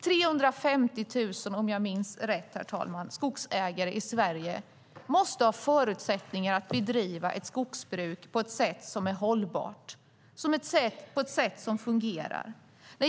350 000, om jag minns rätt, skogsägare i Sverige måste ha förutsättningar att bedriva ett skogsbruk på ett sätt som är hållbart och fungerar.